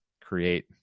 create